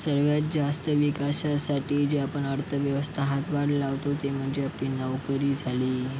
सर्वात जास्त विकासासाठी जे आपण अर्थव्यवस्था हातभार लावतो ती म्हणजे आपली नोकरी झाली